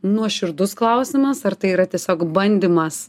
nuoširdus klausimas ar tai yra tiesiog bandymas